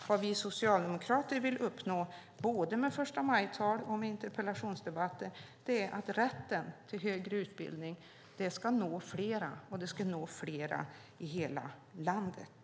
Vad vi socialdemokrater vill uppnå både genom förstamajtal och genom interpellationsdebatter är att rätten till högre utbildning ska nå fler och nå fler i hela landet.